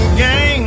game